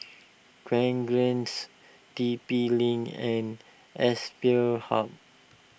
Fragrance T P Link and Aspire Hub